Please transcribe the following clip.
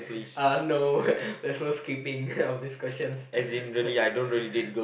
uh no there's no skipping of this questions